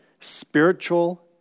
spiritual